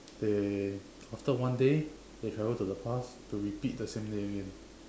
they after one day they travel to the past to repeat the same day again